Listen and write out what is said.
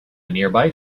nearby